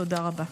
תודה רבה.